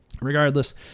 regardless